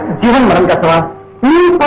given me.